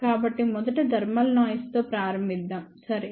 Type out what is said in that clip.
కాబట్టి మొదట thermal noise తో ప్రారంభిద్దాం సరే